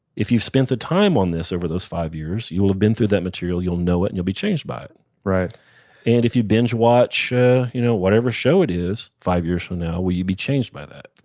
if you spent the time on this over those five years, you'll have been through that material, you'll know it, and you'll be changed by it right and if you binge watch you know whatever show it is, five years from now, will you be changed by that?